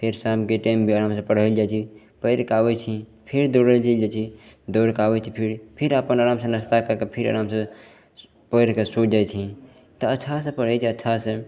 फेर शामके टाइम भी आरामसे पढ़ै ले जाइ छी पढ़िके आबै छी फेर दौड़े चलि जाइ छी दौड़िके आबै छी फिर फेर अपन आरामसे नाश्ता कै के फेर आरामसे पढ़िके सुति जाइ छी तऽ अच्छासे पढ़ैके अच्छासे